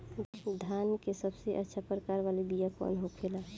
धान के सबसे अच्छा प्रकार वाला बीया कौन होखेला?